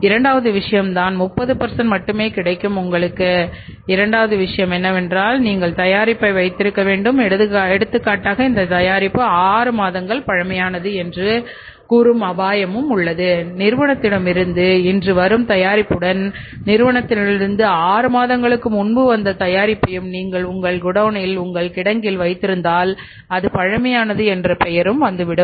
இரண்டாவது விஷயம் இதுதான் 30 மட்டுமே கிடைக்கும் உங்களுக்கு இரண்டாவது விஷயம் என்னவென்றால் நீங்கள் தயாரிப்பை வைத்திருக்க வேண்டும் எடுத்துக்காட்டாக இந்த தயாரிப்பு 6 மாதங்கள் பழமையானது என்று கூறும் அபாயமும் உள்ளது நிறுவனத்திலிருந்து இன்று வரும் தயாரிப்புடன் நிறுவனத்திலிருந்து 6 மாதங்களுக்கு முன்பு வந்த தயாரிப்பையும் நீங்கள் உங்கள் கோடவுனில் உங்கள் கிடங்கில் வைத்திருந்தால் அது பழமையானது என்ற பெயரும் வந்துவிடும்